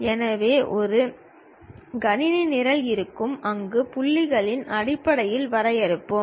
எனவே ஒரு கணினி நிரல் இருக்கும் அங்கு புள்ளிகளின் அடிப்படையில் வரையறுப்போம்